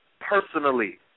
personally